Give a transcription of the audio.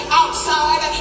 outside